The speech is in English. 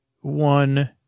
one